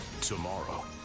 Tomorrow